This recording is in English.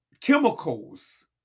chemicals